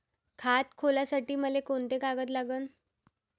खात खोलासाठी मले कोंते कागद लागन?